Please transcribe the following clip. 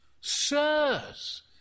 sirs